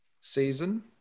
Season